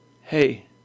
Hey